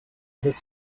this